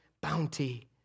bounty